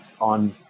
on